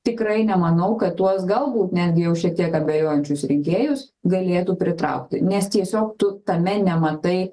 tikrai nemanau kad tuos galbūt netgi jau šiek tiek abejojančius rinkėjus galėtų pritraukti nes tiesiog tu tame nematai